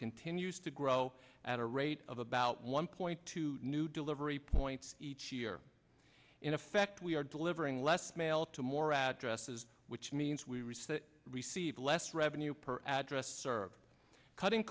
continues to grow at a rate of about one point two new delivery points each year in effect we are delivering less mail to more addresses which means we risk that receive less revenue per address service cutting